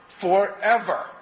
forever